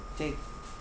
take